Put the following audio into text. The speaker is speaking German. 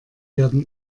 werden